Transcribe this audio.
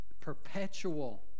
perpetual